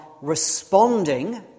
responding